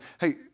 Hey